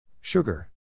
Sugar